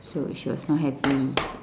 so she was not happy